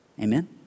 Amen